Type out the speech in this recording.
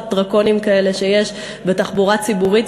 דרקוניים כאלה שיש בתחבורה ציבורית.